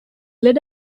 led